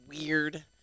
weird